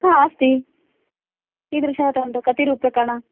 अस्ति कीदृश कति रूप्यकाणां